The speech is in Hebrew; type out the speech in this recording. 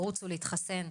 רוצו להתחסן,